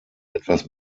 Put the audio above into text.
etwas